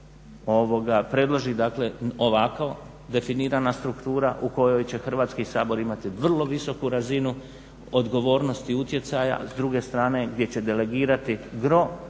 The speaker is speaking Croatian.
upravo predloži ovako definirana struktura u kojoj će Hrvatski sabor imati vrlo visoku razinu odgovornosti i utjecaja, s druge strane gdje će delegirati gro